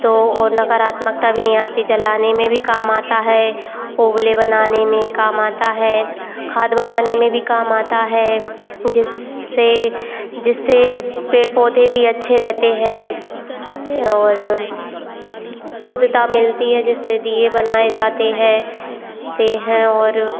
तो और नकारात्मकता भी नहीं आती जलाने में भी काम आता है उपलें बनाने में काम आता है खाद बनाने में भी काम आता है जिससे जिससे पेड़ पौधे भी अच्छे रहते हैं और शुद्धता मिलती है जिससे दीये बनाए जाते हैं ते हैं और